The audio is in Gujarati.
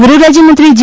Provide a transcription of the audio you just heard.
ગૃહ રાજ્યમંત્રી જી